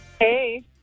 Hey